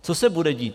Co se bude dít?